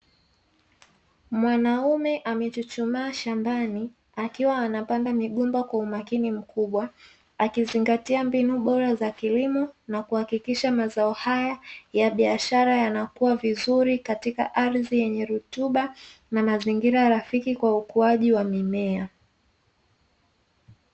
Mwanaume amechuchumaa shambani akiwa anapanda migomba kwa umakini mkubwa, akizingatia mbinu bora za kilimo na kuhakikisha mazao haya ya biashara yanakua vizuri katika ardhi yenye rutuba na mazingira rafiki kwa ukuaji wa mimea.